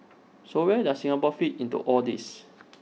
so where does Singapore fit into all this